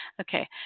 Okay